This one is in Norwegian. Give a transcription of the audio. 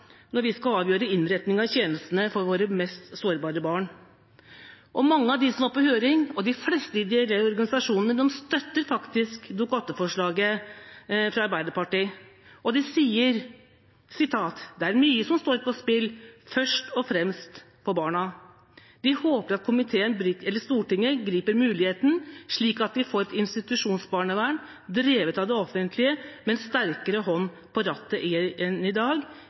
når vi skal avgjøre innretningen av tjenestene for våre mest sårbare barn. Mange av dem som var inne på høring, og de fleste ideelle organisasjonene, støtter faktisk Dokument 8-forslaget fra Arbeiderpartiet. Ideelt barnevernsforum sier: «Det er mye som står på spill, – først og fremst for barna.» Videre sier de: «IB håper komiteen griper muligheten slik at vi får et institusjonsbarnevern drevet av det offentlige med en sterkere hånd på rattet enn i dag,